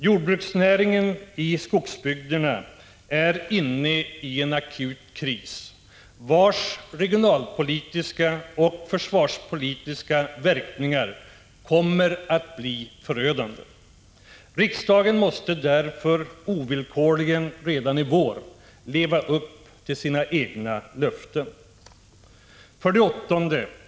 Jordbruksnäringen i skogsbygderna är inne i en akut kris, vars regionalpolitiska och försvarspolitiska verkningar kommer att bli förödande. Riksdagen måste därför ovillkorligen redan i vår leva upp till sina egna löften. 8.